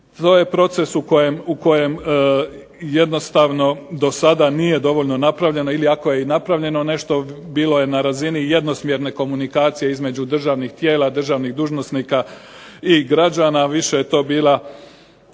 To je proces u kojem jednostavno do sada nije dovoljno napravljeno, ili ako je i napravljeno nešto bilo je na razini jednosmjerne komunikacije između državnih tijela, državnih dužnosnika i građana, više je to bila,